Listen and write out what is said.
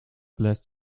bläst